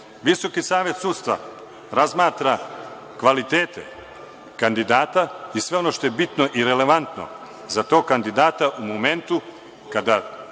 reči. Visoki savet sudstva razmatra kvalitete kandidata i sve ono što je bitno i relevantno za tog kandidata u momentu kada